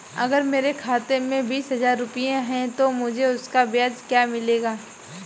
अगर मेरे खाते में बीस हज़ार रुपये हैं तो मुझे उसका ब्याज क्या मिलेगा?